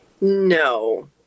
No